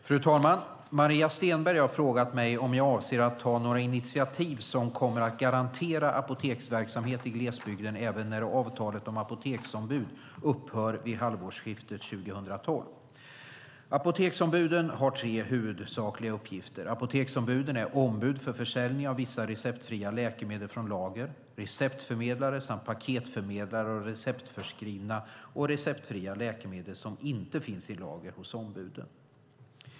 Fru talman! Maria Stenberg har frågat mig om jag avser att ta några initiativ som kommer att garantera apoteksverksamhet i glesbygden även när avtalet om apoteksombud upphör vid halvårsskiftet 2012. Apoteksombuden har tre huvudsakliga uppgifter. Apoteksombuden är ombud för försäljning av vissa receptfria läkemedel från lager, receptförmedlare samt paketförmedlare av receptförskrivna och receptfria läkemedel som inte finns i lager hos ombuden.